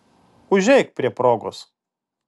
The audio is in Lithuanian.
užeik prie progos